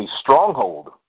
stronghold